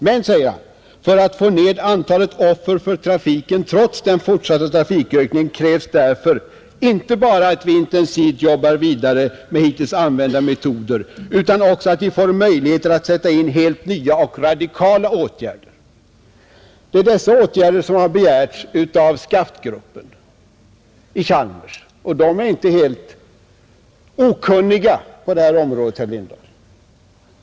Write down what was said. Men han säger också: ”För att få ned antalet offer för trafiken trots den fortsatta trafikökningen krävs därför inte bara att vi intensivt jobbar vidare med hittills använda metoder utan också att vi får möjligheter att sätta in helt nya och radikala åtgärder, ———.” Det är därför som åtgärder har begärts av SCAFT-gruppen vid Chalmers. Och medlemmarna av den gruppen är inte okunniga på det här området, herr Lindahl.